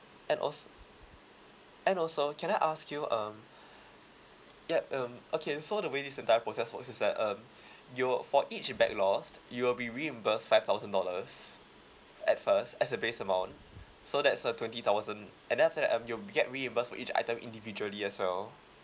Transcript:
and also and also can I ask you um yup um okay so the way this entire process works is that um you'll for each bag lost you'll be reimbursed five thousand dollars at first as a base amount so that's a twenty thousand and then after that you'll get reimbursed for each item individually as well